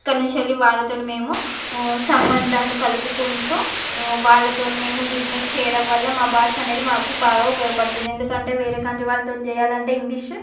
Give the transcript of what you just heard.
ఇక్కడ నుంచి వాళ్లతోటి మేము సంబంధాలు కలుపుకుంటూ వాళ్ళతోనే మేము బిజినెస్ చేయడం వల్ల మా భాష అనేది మాకు బాగా ఉపయోగపడుతుంది ఎందుకంటే వేరే కంట్రీ వాళ్ళతో చేయాలంటే ఇంగ్లీష్